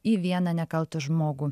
į vieną nekaltą žmogų